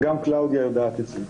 וגם קלאודיה יודעת את זה.